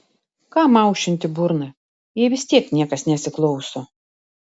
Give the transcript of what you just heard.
kam aušinti burną jei vis tiek niekas nesiklauso